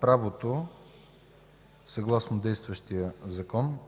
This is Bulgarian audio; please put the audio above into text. правото съгласно действащия закон